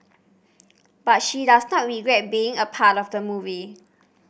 but she does not regret being a part of the movie